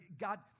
God